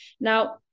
Now